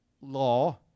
law